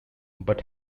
but